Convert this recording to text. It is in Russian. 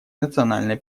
национальной